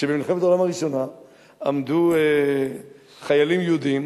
שבמלחמת העולם הראשונה עמדו חיילים יהודים